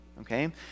okay